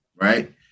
right